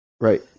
Right